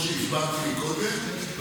כמו שהסברתי קודם.